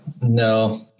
No